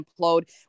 implode